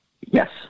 Yes